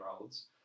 olds